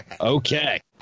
Okay